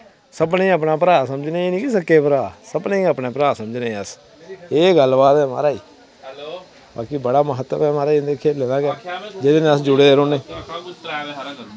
ते सभनें गी अपना भ्राऽ समझने कि सक्के भ्राऽ सभनें गी अपना भ्राऽ समझने अस एह् गल्ल बात ऐ म्हाराज आक्खे कि बड़ा महत्व ऐ म्हाराज इनें खेलें दा गै जेह्दे कन्नै अस जुड़े दे रौह्न्ने